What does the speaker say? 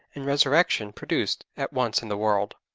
and resurrection produced at once in the world.